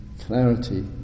clarity